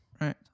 Right